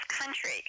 country